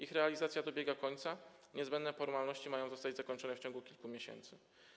Ich realizacja dobiega końca, niezbędne formalności mają zostać zakończone w ciągu kilku miesięcy.